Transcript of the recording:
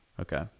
Okay